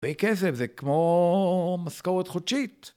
בין כסף. זה כמו משכורת חודשית